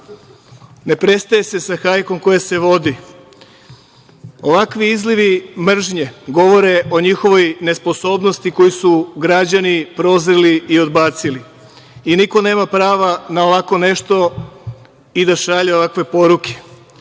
Ne prestaje se sa hajkom koja se vodi. Ovakvi izlivi mržnje govore o njihovoj nesposobnosti koju su građani prozreli i odbacili. Niko nema prava na ovako nešto i da šalje ovakve poruke. Svesni